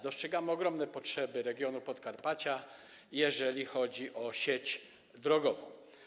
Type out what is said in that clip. Dostrzegamy ogromne potrzeby regionu Podkarpacia, jeżeli chodzi o sieć drogową.